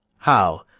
how?